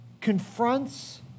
confronts